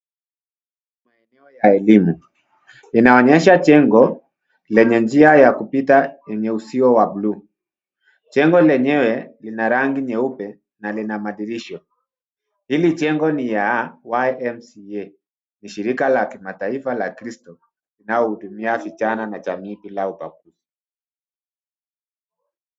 Maeneo ya elimu. Inaonyesha jengo lenye njia ya kupita enye uzio wa buluu. Jengo lenyewe lina rangi nyeupe na lina madirisha. Hili jengo ni ya YMCA, ni shirika la kimataifa la Kristo inayohudumia vijana na jamii bila ubaguzi.